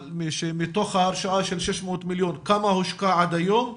מתוך ההרשאה של 600 מיליון, כמה הושקע עד היום,